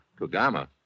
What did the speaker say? Kugama